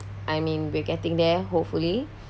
I mean we're getting there hopefully